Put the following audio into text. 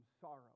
sorrow